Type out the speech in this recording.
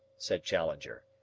said challenger,